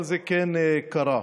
אבל זה כן קרה.